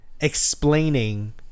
explaining